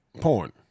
porn